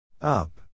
Up